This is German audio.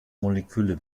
moleküle